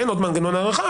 אין עוד מנגנון הארכה,